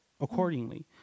accordingly